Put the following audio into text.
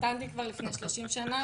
התחתנתי כבר לפני 30 שנה.